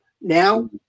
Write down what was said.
Now